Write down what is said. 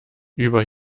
über